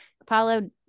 Apollo